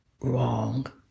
wrong